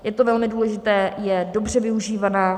Je to velmi důležité, je dobře využívaná.